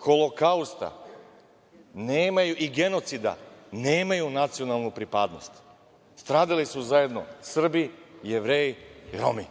holokausta i genocida nemaju nacionalnu pripadnost. Stradali su zajedno Srbi, Jevreji i Romi.